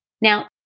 Now